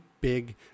big